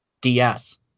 DS